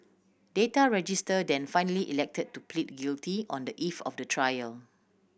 Data Register then finally elected to plead guilty on the eve of the trial